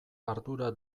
ardura